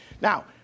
Now